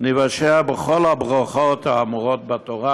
ניוושע בכל הברכות האמורות בתורה